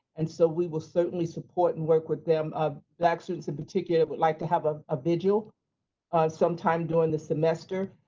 and so we will certainly support and work with them, ah black students in particular would like to have a ah vigil sometime during the semester.